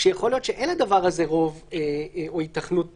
כשיכול להיות שאין לדבר הזה רוב או היתכנות פוליטית.